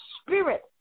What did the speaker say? spirit